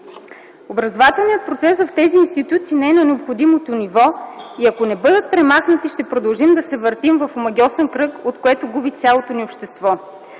Образователният процес в тези институции не е на необходимото ниво и ако не бъдат премахнати, ще продължим да се въртим в омагьосан кръг, от което губи цялото ни общество.